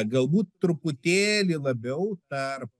galbūt truputėlį labiau tarp